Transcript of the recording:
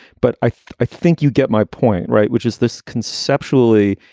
but i i think you get my point right, which is this conceptually,